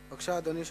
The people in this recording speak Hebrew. בבקשה, אדוני.